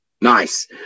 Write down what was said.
Nice